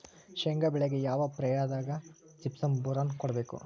ಶೇಂಗಾ ಬೆಳೆಗೆ ಯಾವ ಪ್ರಾಯದಾಗ ಜಿಪ್ಸಂ ಬೋರಾನ್ ಕೊಡಬೇಕು?